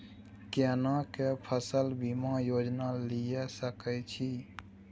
केना के फसल बीमा योजना लीए सके छी?